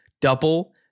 Double